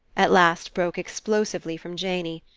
at last broke explosively from janey.